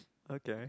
okay